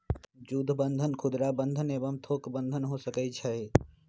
जुद्ध बन्धन खुदरा बंधन एवं थोक बन्धन हो सकइ छइ